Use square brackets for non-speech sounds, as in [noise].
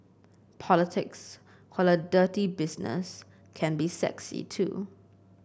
politics [unintelligible] a dirty business can be sexy too